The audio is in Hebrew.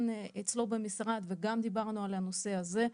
אצלו במשרד וגם דיברנו על הנושא הזה,